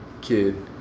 kid